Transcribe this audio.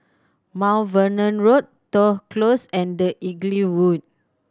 Mount Vernon Road Toh Close and The Inglewood